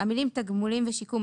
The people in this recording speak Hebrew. - המילים ""תגמולים ושיקום,